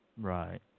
Right